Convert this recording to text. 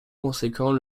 conséquent